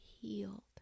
healed